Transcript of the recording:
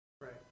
Right